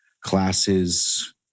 classes